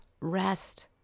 rest